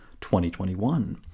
2021